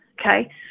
Okay